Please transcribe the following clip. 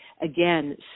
again